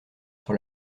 sur